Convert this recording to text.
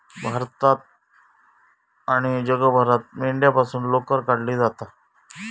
भारतात आणि जगभरात मेंढ्यांपासून लोकर काढली जाता